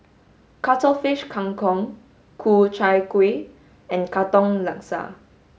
cuttlefish Kang Kong Ku Chai Kuih and katong laksa